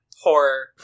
Horror